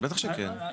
בטח שכן.